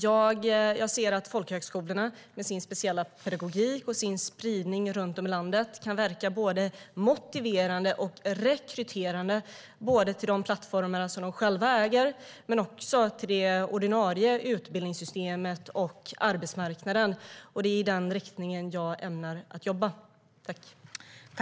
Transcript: Jag ser att folkhögskolorna med sin speciella pedagogik och spridning runt om i landet kan verka både motiverande och rekryterande, både till de plattformar som de själva äger och till det ordinarie utbildningssystemet och arbetsmarknaden. Det är i den riktningen jag ämnar jobba.